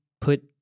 put